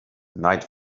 night